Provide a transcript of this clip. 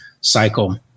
cycle